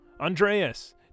Andreas